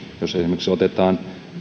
jos esimerkiksi otetaan